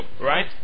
Right